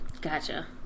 gotcha